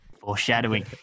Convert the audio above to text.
Foreshadowing